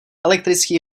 elektrický